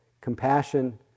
Compassion